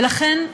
ולכן,